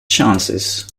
chances